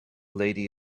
lady